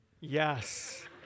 Yes